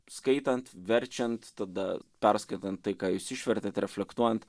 skaitant verčiant tada perskaitant tai ką jūs išvertėt reflektuojant